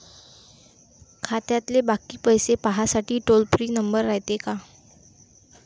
खात्यातले बाकी पैसे पाहासाठी टोल फ्री नंबर रायते का?